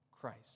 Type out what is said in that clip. Christ